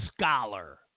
Scholar